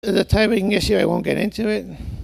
זה עניין של תזמון, אני לא אכנס לזה